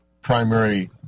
primary